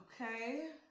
Okay